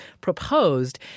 proposed